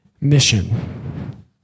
Mission